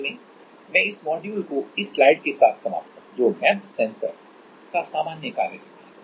अंत में मैं इस मॉड्यूल को इस स्लाइड के साथ समाप्त करूंगा जो एमईएमएस सेंसर का सामान्य कार्य सिद्धांत है